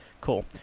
Cool